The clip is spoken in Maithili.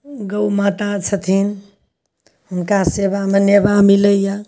गौ माता छथिन हुनका सेबामे नेबा मिलैए